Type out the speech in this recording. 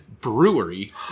brewery